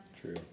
True